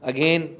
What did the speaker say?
Again